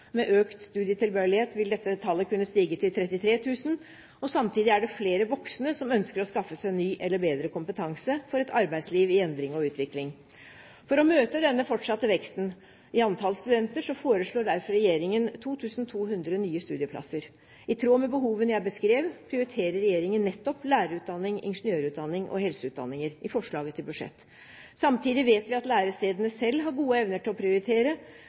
Med økt studietilbøyelighet vil dette tallet kunne stige til 33 000. Samtidig er det flere voksne som ønsker å skaffe seg ny eller bedre kompetanse for et arbeidsliv i endring og utvikling. For å møte denne fortsatte veksten i antallet studenter foreslår derfor regjeringen 2 200 nye studieplasser. I tråd med behovene jeg beskrev, prioriterer regjeringen nettopp lærerutdanning, ingeniørutdanning og helseutdanninger i forslaget til budsjett. Samtidig vet vi at lærestedene selv har gode evner til å prioritere,